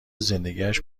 زندگیاش